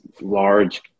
large